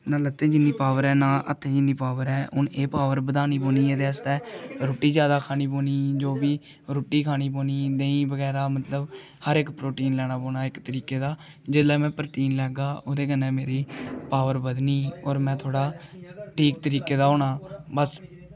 ना लत्तें च इ'न्नी पॉवर ऐ ना हत्थें च इ'न्नी पॉवर ऐ हून एह् पॉवर बधानी पौनी ऐ एह्दे आस्तै रुट्टी जादा खानी पौनी जो बी रुट्टी खानी पौनी देहीं बगैरा मतलब हर इक प्रोटीन लैना पौना इक तरीके दा जेल्लै में प्रोटीन लैगा ओह्दे कन्नै मेरी पॉवर बधनी होर में थोह्ड़ा ठीक तरीका दा होना बस